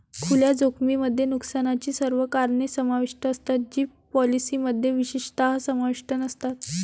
खुल्या जोखमीमध्ये नुकसानाची सर्व कारणे समाविष्ट असतात जी पॉलिसीमध्ये विशेषतः समाविष्ट नसतात